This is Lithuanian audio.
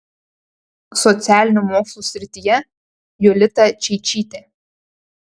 socialinių mokslų srityje jolita čeičytė